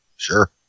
Sure